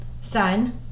Sun